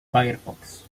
firefox